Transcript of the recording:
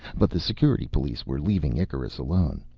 but the security police were leaving icarus alone.